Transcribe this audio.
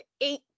eight